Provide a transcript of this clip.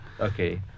Okay